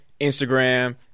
Instagram